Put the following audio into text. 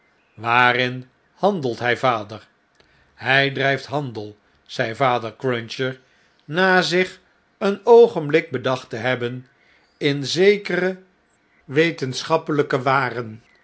waarin handelt hij vader hjj drijft handel zei vader cruncher na zich een oogenblik bedacht te hebben in zekere wetenschappelpe waren